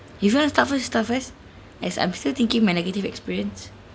if you want to start first you start first as I'm still thinking my negative experience